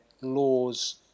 laws